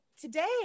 today